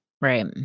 Right